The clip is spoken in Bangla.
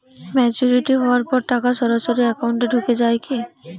ম্যাচিওরিটি হওয়ার পর টাকা সরাসরি একাউন্ট এ ঢুকে য়ায় কি?